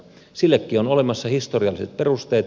sillekin on olemassa historialliset perusteet